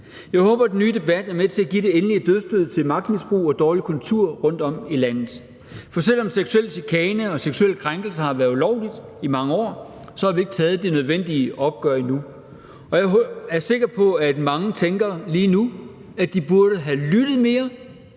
Jeg håber, at den nye debat er med til at give det endelige dødsstød til magtmisbrug og dårlig kultur rundtom i landet, for selv om seksuel chikane og seksuelle krænkelser har været ulovligt i mange år, har vi ikke taget det nødvendige opgør endnu. Jeg er sikker på, at mange lige nu tænker, at de burde have lyttet mere,